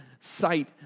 sight